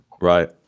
Right